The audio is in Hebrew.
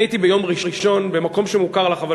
אני הייתי ביום ראשון במקום שמוכר לך,